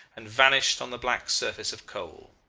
and vanished on the black surface of coal.